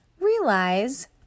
realize